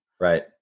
Right